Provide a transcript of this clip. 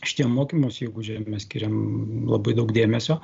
šitie mokymosi įgūdžiai jeigu mes skiriam labai daug dėmesio